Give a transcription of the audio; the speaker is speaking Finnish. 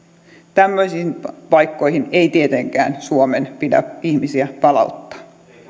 tämmöisiin paikkoihin ei tietenkään suomen pidä ihmisiä palauttaa